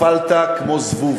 נפלת כמו זבוב.